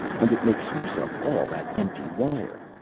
and it makes use of all that empty wire.